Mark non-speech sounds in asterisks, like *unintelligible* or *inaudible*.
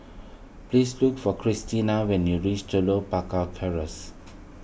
please look for Christiana when you reach Telok Paka *unintelligible*